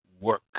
work